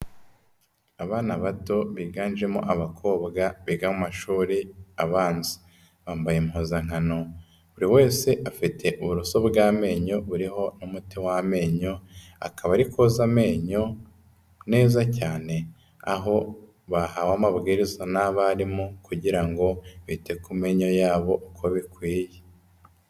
Abana bato biganjemo abakobwa biga mu mashuri abanza. Bambaye impuzankano, buri wese afite uburoso bw'amenyo buriho n'umuti w'amenyo, akaba ari koza amenyo neza cyane, aho bahawe amabwiriza n'abarimu kugira ngo bite ku menyo yabo uko bikwiye.